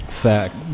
fact